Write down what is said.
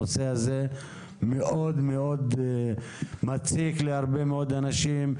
הנושא הזה מאוד מאוד מציק להרבה מאוד אנשים,